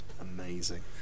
amazing